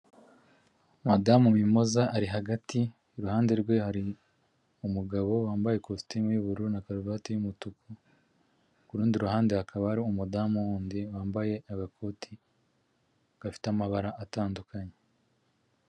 Madamu Mimoza ari hagati, iruhande rwe hari umugabo wambaye ikositimu y'ubururu na karuvati y'umutuku, ku rundi ruhande hakaba hari umudamu wundi wambaye agakoti gafite amabara atandukanye.